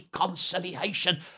reconciliation